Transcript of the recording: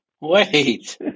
Wait